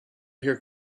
here